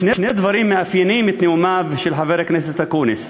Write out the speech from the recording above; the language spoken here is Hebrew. שני דברים מאפיינים את נאומיו של חבר הכנסת אקוניס,